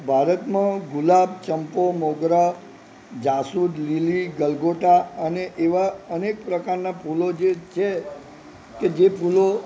ભારતમાં ગુલાબ ચંપો મોગરા જાસુદ લીલી ગલગોટા અને એવા અનેક પ્રકારના ફૂલો જે છે કે જે ફૂલો